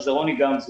שזה רוני גמזו.